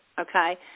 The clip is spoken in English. okay